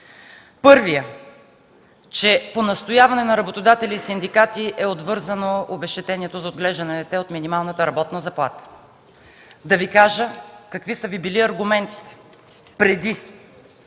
Първият, че по настояване на работодатели и синдикати е отвързано обезщетението за отглеждане на дете от минималната работна заплата. Да Ви кажа какви са Ви били аргументите преди